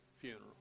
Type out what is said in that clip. funeral